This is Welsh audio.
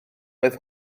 oedd